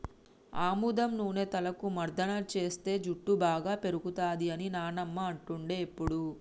ఆముదం నూనె తలకు మర్దన చేస్తే జుట్టు బాగా పేరుతది అని నానమ్మ అంటుండే ఎప్పుడు